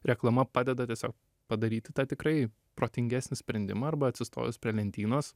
reklama padeda tiesiog padaryti tą tikrai protingesnį sprendimą arba atsistojus prie lentynos